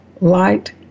light